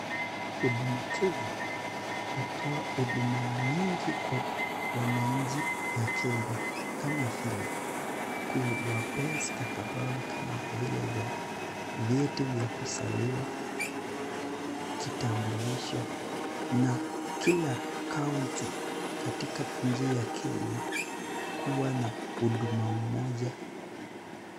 Huduma Kenya, hutoa huduma mingii kwa wananchi ya Kenya kama vile; kuwapea stakabadhi kama vile za vyeti vya kuzaliwa, kitambulisho na kila (county) katika inchi ya Kenya hukuwa na huduma moja.